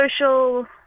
social